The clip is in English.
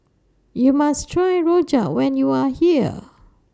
YOU must Try Rojak when YOU Are here